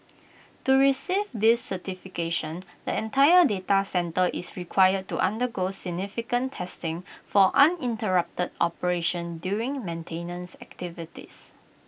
to receive this certification the entire data centre is required to undergo significant testing for uninterrupted operation during maintenance activities